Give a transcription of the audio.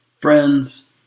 friends